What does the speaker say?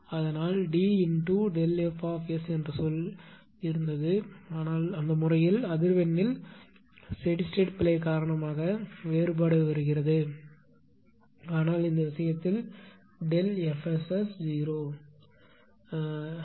அதனால் D x Δ F என்ற சொல் இருந்தது ஆனால் அந்த முறையில் அதிர்வெண்ணில் ஸ்டெடி ஸ்டேட் பிழை காரணமாக வேறுபாடு வருகிறது ஆனால் இந்த விஷயத்தில் ΔF SS 0